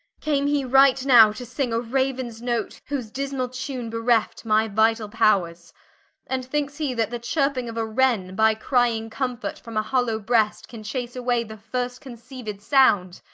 came he right now to sing a rauens note, whose dismall tune bereft my vitall powres and thinkes he, that the chirping of a wren, by crying comfort from a hollow breast, can chase away the first-conceiued sound?